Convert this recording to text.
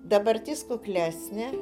dabartis kuklesnė